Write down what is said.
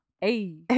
hey